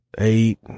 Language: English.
eight